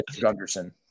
Gunderson